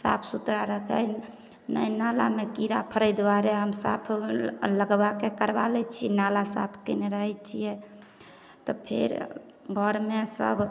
साफ सुथरा रखै नहि नालामे कीड़ा फड़ै दुआरे हम साफ लगबाके करबा लै छी नाला साफ कएने रहै छिए तऽ फेर घरमे सब